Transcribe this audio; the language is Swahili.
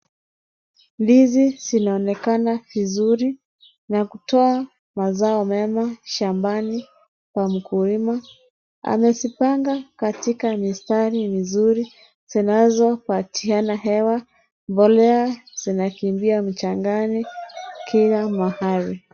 Ndizi zinaonekana vizuri na kutoa mazao mema shambani pa mkulima, amezipanga katika mistari vizuri zinazopatikana hewa mboea zinakimbia mchangani kila mahali.